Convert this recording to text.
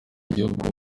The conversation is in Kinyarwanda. gihugu